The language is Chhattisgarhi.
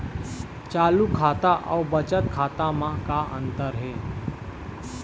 चालू खाता अउ बचत खाता म का अंतर हे?